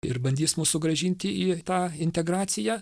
ir bandys mus sugrąžinti į tą integraciją